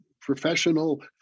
professional